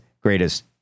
greatest